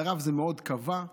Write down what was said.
לרב זה מאוד כאב.